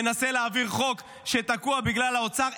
מנסה להעביר חוק שתקוע בגלל האוצר.